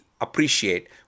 appreciate